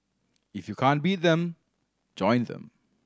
if you can't beat them join them